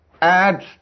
add